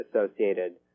associated